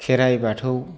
खेराय बाथौ